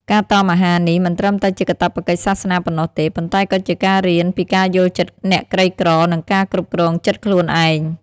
ការតមអាហារនេះមិនត្រឹមតែជាកាតព្វកិច្ចសាសនាប៉ុណ្ណោះទេ ប៉ុន្តែក៏ជាការរៀនពីការយល់ចិត្តអ្នកក្រីក្រ និងការគ្រប់គ្រងចិត្តខ្លួនឯង។